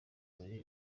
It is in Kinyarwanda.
muri